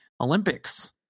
Olympics